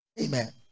Amen